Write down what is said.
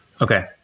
okay